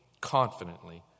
confidently